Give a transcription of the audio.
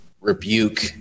rebuke